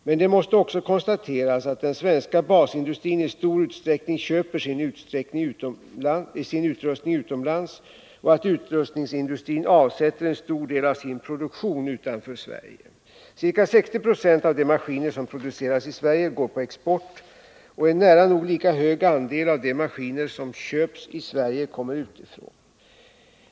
Men det måste också konstateras att den svenska basindustrin i stor utsträckning köper sin utrustning utomlands och att utrustningsindustrin avsätter en stor del av sin produktion utanför Sverige. Ca 60 76 av de maskiner som produceras i Sverige går på export, och en nära nog lika hög andel av de Nr 48 maskiner som köps i Sverige kommer utifrån.